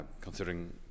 considering